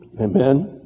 Amen